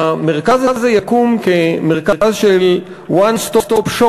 המרכז הזה יקום כמרכז של One Stop Shop,